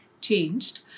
changed